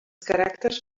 caràcters